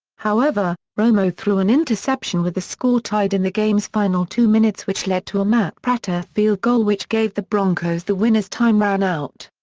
however, romo threw an interception with the score tied in the game's final two minutes which led to a matt prater field goal which gave the broncos the win as time ran out.